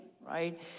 right